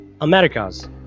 Americas